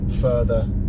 further